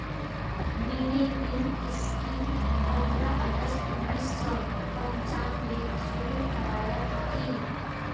mid day meal स्कीमक पंद्रह अगस्त उन्नीस सौ पंचानबेत शुरू करयाल की